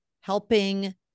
helping